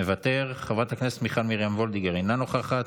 מוותר, חברת הכנסת מיכל מרים וולדיגר, אינה נוכחת,